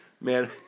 Man